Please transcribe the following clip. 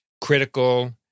critical